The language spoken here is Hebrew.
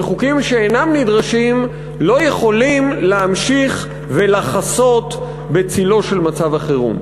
וחוקים שאינם נדרשים לא יכולים להמשיך ולחסות בצלו של מצב החירום,